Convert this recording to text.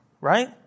right